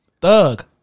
Thug